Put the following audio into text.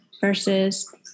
versus